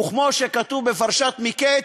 כמו שכתוב בפרשת מקץ,